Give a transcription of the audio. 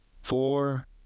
Four